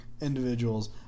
individuals